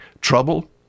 Trouble